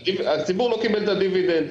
הציבור לא קיבל את הדיבידנד.